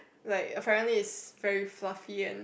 like apparently is very fluffy and